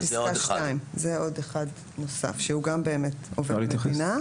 זה פסקה 2. זה עוד אחד נוסף שהוא גם באמת עובד מדינה.